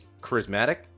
charismatic